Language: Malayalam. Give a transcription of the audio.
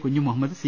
കുഞ്ഞുമുഹമ്മദ് സി